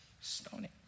stoning